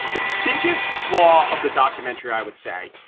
the biggest flaw of the documentary, i would say,